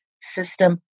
system